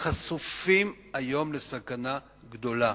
חשופים היום לסכנה גדולה.